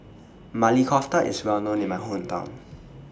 Maili Kofta IS Well known in My Hometown